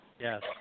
Yes